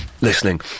listening